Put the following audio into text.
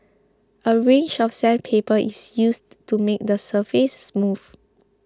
a range of sandpaper is used to make the surface smooth